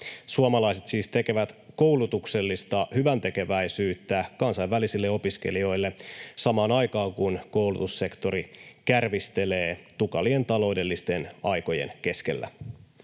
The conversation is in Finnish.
Suomalaiset siis tekevät koulutuksellista hyväntekeväisyyttä kansainvälisille opiskelijoille samaan aikaan, kun koulutussektori kärvistelee tukalien taloudellisten aikojen keskellä.